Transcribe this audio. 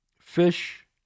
fish